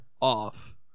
off